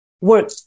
Work